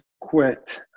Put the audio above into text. quit